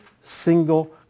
single